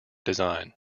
design